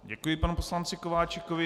Děkuji panu poslanci Kováčikovi.